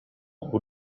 who